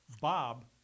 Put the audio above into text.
Bob